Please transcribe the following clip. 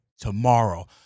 tomorrow